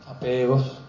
apegos